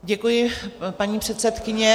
Děkuji, paní předsedkyně.